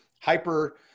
hyper